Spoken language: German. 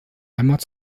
heimat